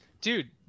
Dude